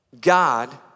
God